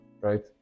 right